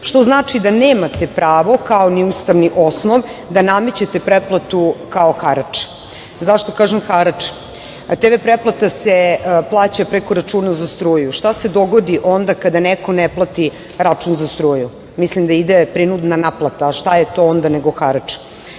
što znači da nemate pravo, kao ni ustavni osnov, da namećete pretplatu kao harač. Zašto kažem harač? Preko računa za struju se plaća TV pretplata. Šta se dogodi onda kada neko ne plati račun za struju? Mislim da ide prinudna naplata, a šta je to onda ako ne